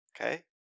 Okay